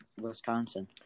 Wisconsin